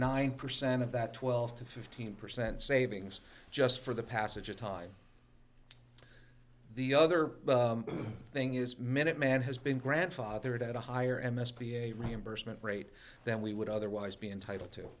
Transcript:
nine percent of that twelve to fifteen percent savings just for the passage of time the other thing is minute man has been grandfathered at a higher m s p a reimbursement rate than we would otherwise be entitled to